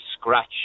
scratch